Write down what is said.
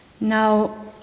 Now